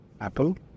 Apple